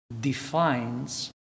defines